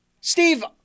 Steve